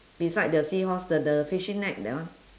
beside the seahorse the the fishing net that one